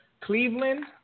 Cleveland